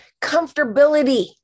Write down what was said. comfortability